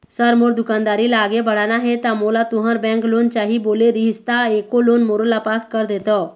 Sir मोर दुकानदारी ला आगे बढ़ाना हे ता मोला तुंहर बैंक लोन चाही बोले रीहिस ता एको लोन मोरोला पास कर देतव?